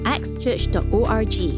xchurch.org